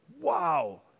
wow